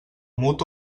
mut